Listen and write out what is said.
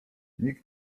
nikt